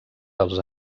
dels